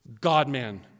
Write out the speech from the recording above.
God-man